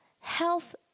health